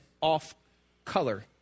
off-color